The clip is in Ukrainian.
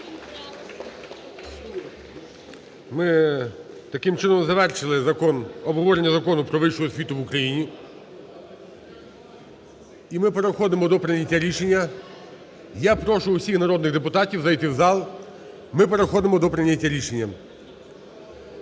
Ми, таким чином, завершили закон, обговорення Закону про вищу освіту в Україні. І ми переходимо до прийняття рішення. Я прошу усіх народних депутатів зайти в зал. Ми переходимо до прийняття рішення.